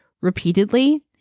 repeatedly